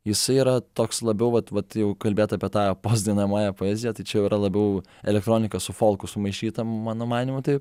jisai yra toks labiau vat vat jeigu kalbėt apie tą postdainuojamąją poeziją tai čia jau yra labiau elektronika su folku sumaišyta mano manymu tai